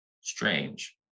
strange